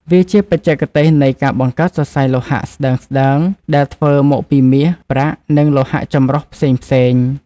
វាជាបច្ចេសទេសនៃការបង្កើតសរសៃលោហៈស្តើងៗដែលធ្វើមកពី មាស ប្រាក់ និងលោហៈចម្រុះផ្សេងៗ។